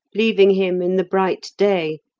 leaving him in the bright day,